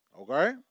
Okay